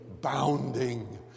bounding